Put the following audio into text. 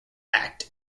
act